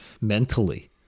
mentally